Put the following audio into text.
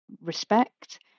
respect